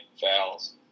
fouls